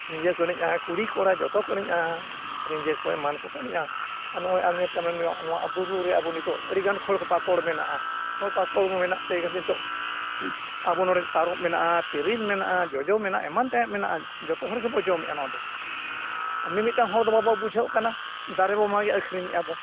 ᱨᱤᱡᱟᱹ ᱠᱚ ᱮᱱᱮᱡᱟ ᱠᱩᱲᱤ ᱠᱚᱲᱟ ᱡᱚᱛᱚ ᱠᱚ ᱮᱱᱮᱡᱟ ᱨᱤᱡᱟᱹ ᱠᱚ ᱮᱢᱟᱱ ᱠᱚ ᱠᱚ ᱮᱱᱮᱡᱟ ᱟᱨ ᱱᱚᱜᱼᱚᱭ ᱟᱢ ᱢᱮᱱ ᱟᱵᱚ ᱵᱩᱨᱩᱨᱮ ᱟᱵᱚ ᱱᱤᱛᱚᱜ ᱟᱹᱰᱤᱜᱟᱱ ᱯᱷᱚᱞ ᱯᱟᱠᱚᱲ ᱢᱮᱱᱟᱜᱼᱟ ᱯᱷᱚᱞ ᱯᱟᱠᱚᱲ ᱢᱮᱱᱟᱜ ᱛᱮ ᱱᱤᱛᱚᱜ ᱟᱵᱚ ᱱᱚᱸᱰᱮ ᱛᱟᱨᱚᱵ ᱢᱮᱱᱟᱜᱼᱟ ᱛᱮᱨᱮᱞ ᱢᱮᱱᱟᱜᱼᱟ ᱡᱚᱡᱚ ᱢᱮᱱᱟᱜᱼᱟ ᱮᱢᱟᱱ ᱛᱮᱭᱟᱜ ᱢᱮᱱᱟᱜᱼᱟ ᱡᱚᱛᱚ ᱦᱚᱲ ᱜᱮᱵᱚ ᱡᱚᱢᱮᱜᱼᱟ ᱱᱚᱣᱟ ᱫᱚ ᱢᱤᱫ ᱢᱤᱫᱴᱟᱝ ᱦᱚᱲ ᱫᱚ ᱵᱟᱵᱚ ᱵᱩᱡᱷᱟᱹᱜ ᱠᱟᱱᱟ ᱫᱟᱨᱮ ᱵᱚ ᱢᱟᱜᱽ ᱮᱫᱟ ᱟᱹᱠᱷᱟᱨᱤᱧ ᱮᱫᱟ ᱵᱚᱱ